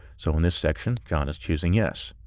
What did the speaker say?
so in this section, john is choosing yes.